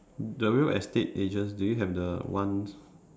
the real estate agents do you have the ones